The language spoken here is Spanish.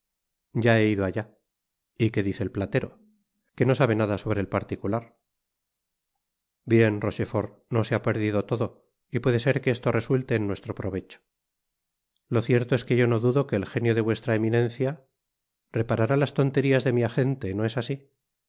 ya he ido allá y qué dice el platero que no sabe nada sobre el particular bien rochefort no se ha perdido todo y puede ser que esto resulte en nuestro provecho lo cierto es que yo no dudo que el genio de vuestra eminencia reparará las tonterias de mi agente no es asi